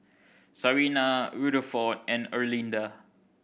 Sarina Rutherford and Erlinda